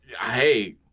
Hey